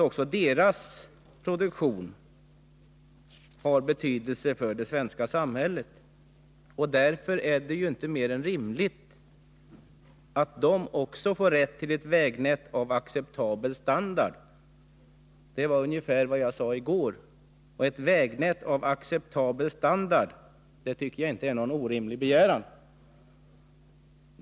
Också deras produktion har betydelse för det svenska samhället. Därför är det inte mer än rimligt att också de får rätt till ett vägnät av acceptabel standard — det är ungefär vad jag sade i går. Ett vägnät av acceptabel standard tycker jag inte är någon orimlig begäran.